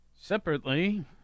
Separately